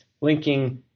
linking